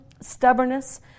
stubbornness